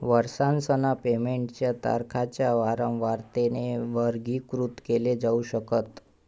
वर्षासन पेमेंट च्या तारखांच्या वारंवारतेने वर्गीकृत केल जाऊ शकत